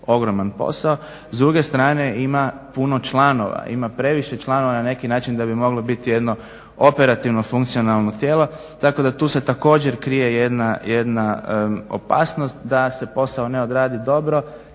ogroman posao, s druge strane ima puno članova, ima previše članova na neki način da bi moglo biti jedno operativno funkcionalno tijelo. Tako da tu se također krije jedna opasnost da se posao ne odradi dobro